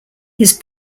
his